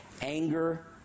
Anger